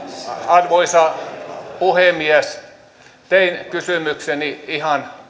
arvoisa puhemies tein kysymykseni ihan